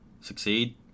succeed